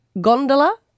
gondola